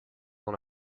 dans